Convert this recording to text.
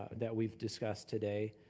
that we've discussed today.